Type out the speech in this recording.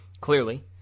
clearly